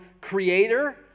creator